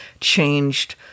changed